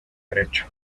derecho